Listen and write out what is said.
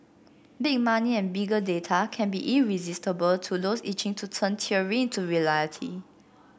big money and bigger data can be irresistible to those itching to turn theory into reality